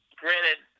granted